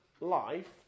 life